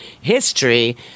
history